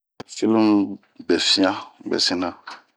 A filimu be fian be sina.